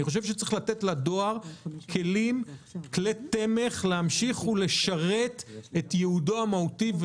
אני חושב שצריך לתת לדואר כלי תמך להמשיך ולשרת את ייעודו המהותי,